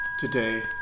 today